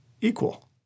equal